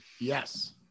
Yes